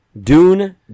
Dune